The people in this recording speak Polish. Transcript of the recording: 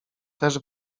też